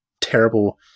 terrible